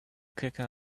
kicking